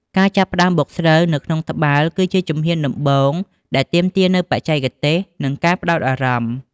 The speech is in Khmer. ការចាប់ផ្តើមបុកស្រូវនៅក្នុងត្បាល់គឺជាជំហានដំបូងដែលទាមទារនូវបច្ចេកទេស និងការផ្តោតអារម្មណ៍។